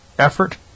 Effort